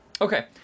Okay